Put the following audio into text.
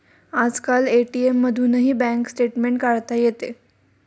आजकाल ए.टी.एम मधूनही bank statement काढता येते